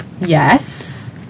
Yes